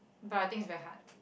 but I think it's very hard